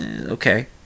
Okay